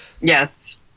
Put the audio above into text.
Yes